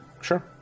Sure